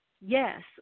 Yes